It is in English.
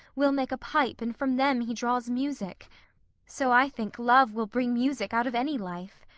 will make a pipe and from them he draws music so i think love will bring music out of any life.